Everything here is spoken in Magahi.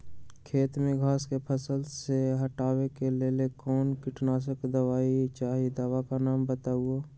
खेत में घास के फसल से हटावे के लेल कौन किटनाशक दवाई चाहि दवा का नाम बताआई?